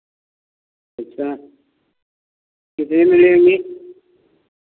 अच्छा कितने में लेंगी